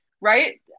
right